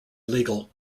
illegal